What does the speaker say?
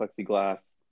plexiglass